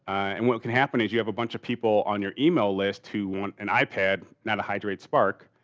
and what can happen is you have a bunch of people on your email list who want an ipad, not a hydrate spark.